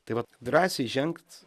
tai vat drąsiai žengt